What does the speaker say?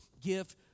gift